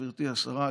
גברתי השרה,